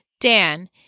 Dan